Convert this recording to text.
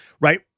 right